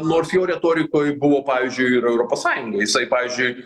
nors jo retorikoj buvo pavyzdžiui ir europos sąjunga jisai pavyzdžiui